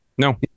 No